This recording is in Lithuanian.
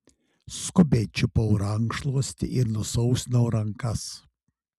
skubiai čiupau rankšluostį ir nusausinau rankas